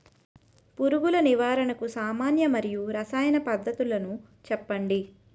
పురుగుల నివారణకు సామాన్య మరియు రసాయన పద్దతులను చెప్పండి?